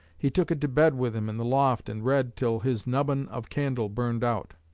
he took it to bed with him in the loft and read till his nubbin of candle burned out.